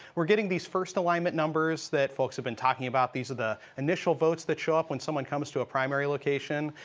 we are getting these first alignment numbers that folks have been talking about. the initial votes that show up when someone comes to a primary location.